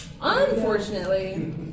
Unfortunately